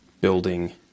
building